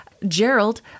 Gerald